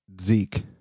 zeke